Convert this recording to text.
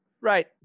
Right